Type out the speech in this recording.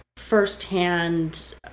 First-hand